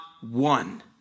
one